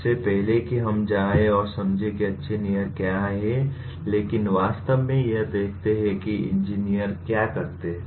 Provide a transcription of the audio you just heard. इससे पहले कि हम जाएं और समझें कि अच्छे इंजीनियर क्या हैं लेकिन वास्तव में यह देखते हैं कि इंजीनियर क्या करते हैं